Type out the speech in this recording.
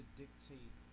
dictate